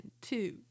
two